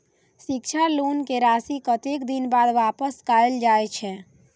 शिक्षा लोन के राशी कतेक दिन बाद वापस कायल जाय छै?